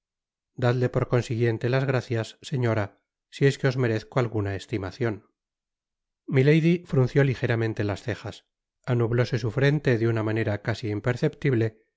dadle por consiguiente las gracias señora si es que os merezco alguna estimacion milady frunció lijeramente las cejas anublóse su frente de una manera casi imperceptible